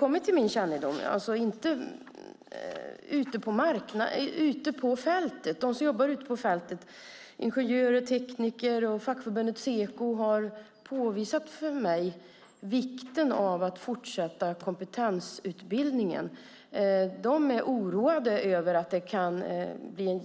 Det handlar om dem som jobbar ute på fältet, ingenjörer och tekniker. Fackförbundet Seko har påvisat för mig vikten av att fortsätta kompetensutbildningen. De är oroade över att det kan bli